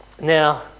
Now